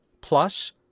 plus